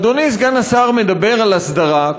אדוני סגן השר מדבר על הסדרה,